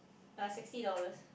uh sixty dollars